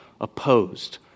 opposed